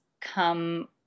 come